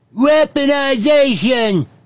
Weaponization